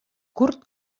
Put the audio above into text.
curt